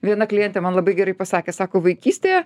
viena klientė man labai gerai pasakė sako vaikystėje